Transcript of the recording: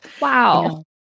Wow